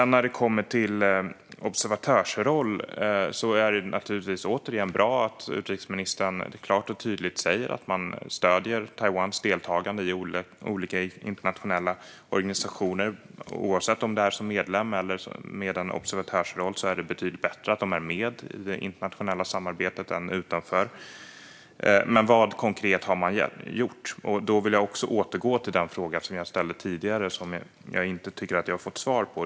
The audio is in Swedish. När det gäller en observatörsroll är det naturligtvis bra att utrikesministern klart och tydligt säger att man stöder Taiwans deltagande i olika internationella organisationer - oavsett om det är som medlem eller i en observatörsroll är det betydligt bättre att de är med i det internationella samarbetet än att de står utanför det. Men vad, konkret, har man gjort? Jag vill också återgå till den fråga som jag ställde tidigare, som jag inte tycker att jag har fått svar på.